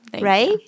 right